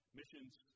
missions